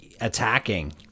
attacking